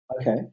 Okay